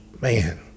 man